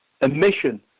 emission